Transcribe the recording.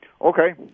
Okay